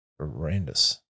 horrendous